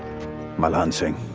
malhan singh.